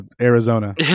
Arizona